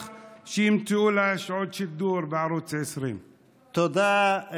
אני בטוח שימצאו לה שעות שידור בערוץ 20. תודה.